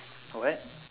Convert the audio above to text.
uh what